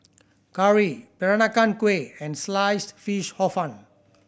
curry Peranakan Kueh and Sliced Fish Hor Fun